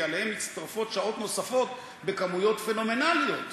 כי עליהן מצטרפות שעות נוספות בכמויות פנומנליות.